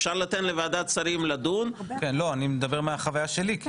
אפשר לתת לוועדת שרים לדון --- אני מדבר מהחוויה שלי.